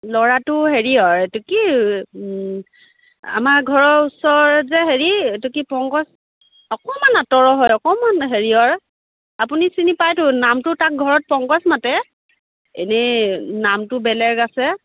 ল'ৰাটো হেৰিয়ৰ এইটো কি আমাৰ ঘৰৰ ওচৰেৰে যে হেৰি এইটো কি পংকজ অকণমান আঁতৰৰ হয় অকণমান হেৰিয়ৰ আপুনি চিনি পাইতো নামটো তাক ঘৰত পংকজ মাতে এনেই নামটো বেলেগ আছে